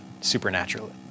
supernaturally